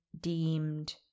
deemed